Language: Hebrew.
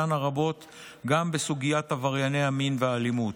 דנה רבות גם בסוגיית עברייני המין והאלימות.